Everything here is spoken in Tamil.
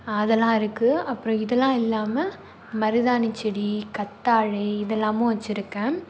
அதெல்லாம் இருக்குது அப்புறோம் இதெல்லாம் இல்லாமல் மருதாணிச்செடி கத்தாழை இதெலாமும் வச்சுருக்கேன்